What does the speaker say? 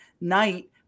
night